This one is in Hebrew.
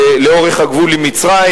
לאורך הגבול עם מצרים,